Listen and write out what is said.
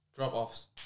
Drop-offs